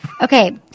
Okay